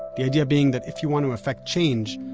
the idea being that if you want to effect change,